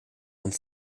want